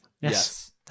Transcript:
Yes